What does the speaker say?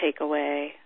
takeaway